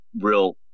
real –